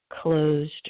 closed